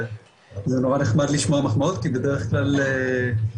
וזה נורא נחמד לשמוע מחמאות כי בדרך כלל אנחנו